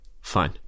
fine